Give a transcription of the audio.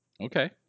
Okay